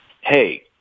hey